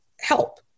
help